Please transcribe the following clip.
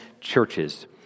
churches